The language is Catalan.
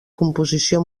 composició